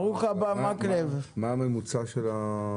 אז מה הממוצע של ההלוואות?